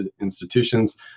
institutions